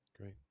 Great